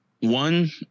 one